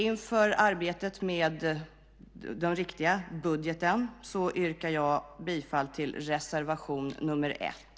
Inför arbetet med den riktiga budgeten yrkar jag bifall till reservation nr 1.